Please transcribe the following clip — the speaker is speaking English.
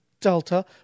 Delta